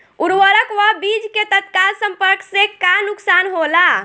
उर्वरक व बीज के तत्काल संपर्क से का नुकसान होला?